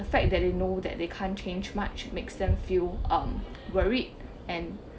the fact that you know that they can't change much makes them feel um worried and